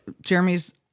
Jeremy's